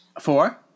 Four